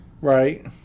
Right